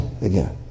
again